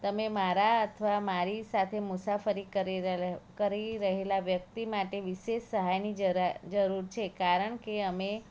તમે મારા અથવા મારી સાથે મુસાફરી કરી રહેલ રહેલા વ્યક્તિ માટે વિશેષ સહાયની જરૂર છે કારણ કે અમે